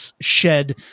shed